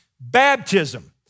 baptism